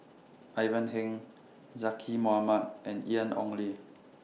Ivan Heng Zaqy Mohamad and Ian Ong Li